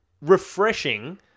refreshing